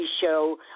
show